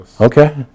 Okay